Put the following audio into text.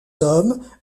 hommes